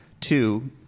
two